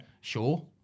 sure